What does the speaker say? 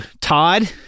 Todd